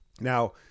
Now